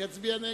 ואצביע נגד.